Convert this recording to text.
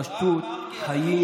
פשוט חיים,